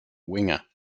winger